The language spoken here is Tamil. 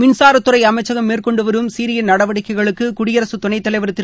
மின்சாரத்துறை அமைச்சகம் மேற்கொண்டுவரும் சீரிய நடவடிக்கைகளுக்கு குடியரசுத் துணைத்தலைவா் திரு